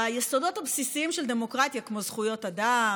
ביסודות הבסיסיים של דמוקרטיה, כמו זכויות אדם,